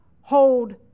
hold